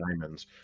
diamonds